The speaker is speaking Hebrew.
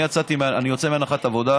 יוצא מהנחת עבודה,